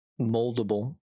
moldable